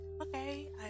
Okay